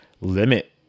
limit